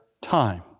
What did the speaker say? time